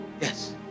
Yes